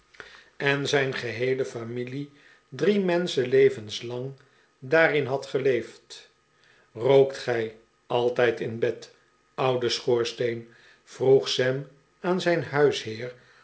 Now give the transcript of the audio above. en zijn geheele sam's nieue kamergenoot familie drie mensehenlevens lang daarin had geleefd rookt gij altijd in bed oude schoorsteen vroeg sam aan zijn huisheer